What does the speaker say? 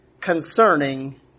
concerning